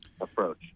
approach